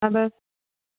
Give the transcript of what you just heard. اَدٕ حظ